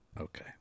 Okay